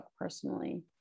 personally